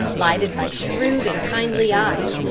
lighted by shrewd and kindly eyes,